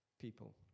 people